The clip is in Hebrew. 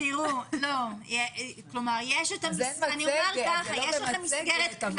זה לא מצגת,